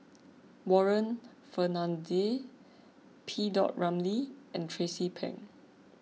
Warren Fernandez P Dot Ramlee and Tracie Pang